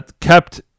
kept